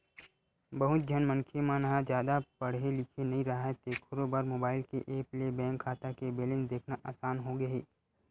बहुत झन मनखे मन ह जादा पड़हे लिखे नइ राहय तेखरो बर मोबईल के ऐप ले बेंक खाता के बेलेंस देखना असान होगे हे